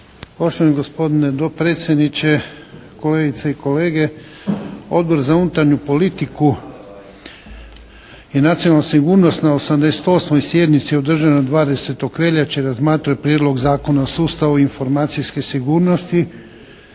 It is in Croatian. Poštovani gospodine dopredsjedniče, kolegice i kolege! Odbor za unutarnju politiku i nacionalnu sigurnost na 88. sjednici održanoj 20. veljače razmatrao je Prijedlog zakona o sustavu informacijske sigurnosti.